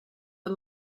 the